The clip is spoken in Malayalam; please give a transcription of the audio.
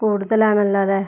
കൂടുതലാണ് ഉള്ളത്